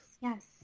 Yes